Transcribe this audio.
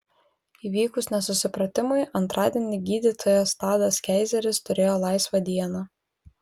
įvykus nesusipratimui antradienį gydytojas tadas keizeris turėjo laisvą dieną